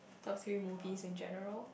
top three movies in general